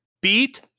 beat